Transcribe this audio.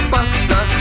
Buster